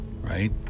right